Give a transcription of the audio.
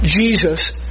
Jesus